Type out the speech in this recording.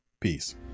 peace